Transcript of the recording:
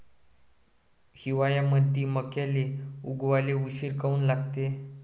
हिवाळ्यामंदी मक्याले उगवाले उशीर काऊन लागते?